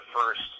first